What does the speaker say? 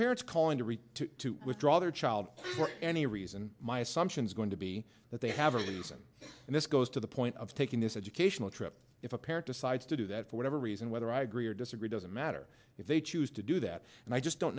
parents calling to reach to withdraw their child for any reason my assumption is going to be that they have really isn't and this goes to the point of taking this educational trip if a parent decides to do that for whatever reason whether i agree or disagree doesn't matter if they choose to do that and i just don't